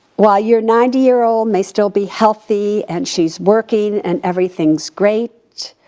while your ninety year old may still be healthy, and she's working, and everything's great.